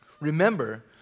Remember